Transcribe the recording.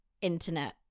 internet